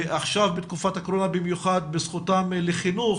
עכשיו בתקופת הקורונה במיוחד בזכותם לחינוך,